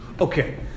Okay